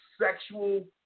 sexual